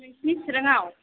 नोंसोरनि चिराङाव